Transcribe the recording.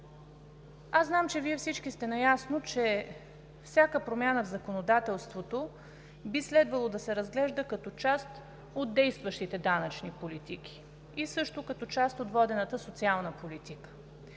Знам, че всички Вие сте наясно, че всяка промяна в законодателството би следвало да се разглежда като част от действащите данъчни политики и също като част от водената социална политика.